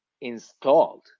installed